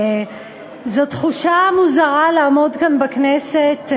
זאת תחושה מוזרה לעמוד כאן בכנסת,